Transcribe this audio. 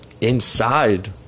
inside